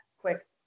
quick